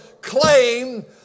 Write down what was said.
claim